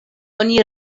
oni